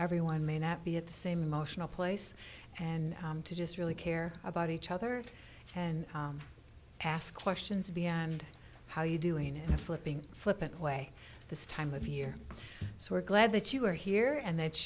everyone may not be at the same emotional place and to just really care about each other and ask questions beyond how you doing in a flipping flippant way this time of year so we're glad that you are here and that